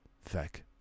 fact